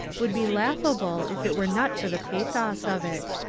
would be laughable if it were not for the pathos of it.